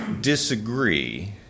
disagree